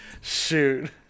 Shoot